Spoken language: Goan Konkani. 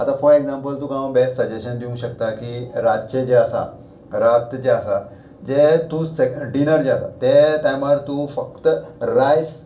आतां फॉर एग्जांपल तुका हांव बेस्ट सजेशन दिवं शकता की रातचें जें आसा रात जें आसा जें तूं सेक डिनर जें आसा ते टायमार तूं फक्त रायस